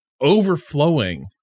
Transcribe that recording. overflowing